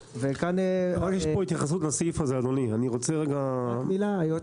שנקבעה לפי סעיף 31" יקראו "את